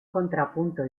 contrapunto